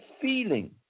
feeling